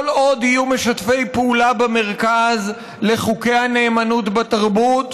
כל עוד יהיו משתפי פעולה במרכז לחוקי הנאמנות בתרבות,